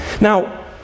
Now